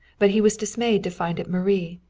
but he was dismayed to find it marie.